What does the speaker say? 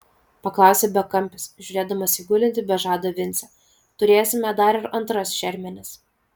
paklausė bekampis žiūrėdamas į gulintį be žado vincę turėsime dar ir antras šermenis